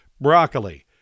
broccoli